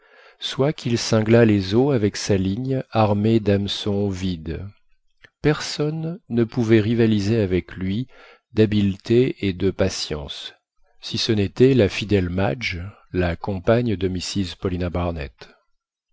soit qu'il cinglât les eaux avec sa ligne armée d'hameçons vides personne ne pouvait rivaliser avec lui d'habileté et de patience si ce n'était la fidèle madge la compagne de mrs paulina barnett